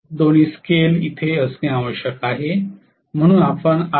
दोन्ही स्केल्स तिथे असणे आवश्यक आहे म्हणून आपण If